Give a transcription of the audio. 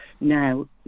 now